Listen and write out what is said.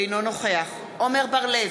אינו נוכח עמר בר-לב,